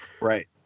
Right